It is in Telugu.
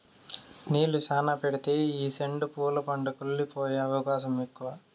నీళ్ళు శ్యానా పెడితే ఈ సెండు పూల పంట కుళ్లి పోయే అవకాశం ఎక్కువ